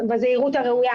בחופים שהם מוכרזים,